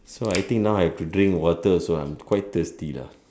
so I think now I have to drink water also I'm quite thirsty lah